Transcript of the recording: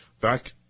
back